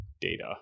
Data